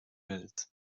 welt